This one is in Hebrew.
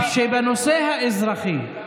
שבנושא האזרחי,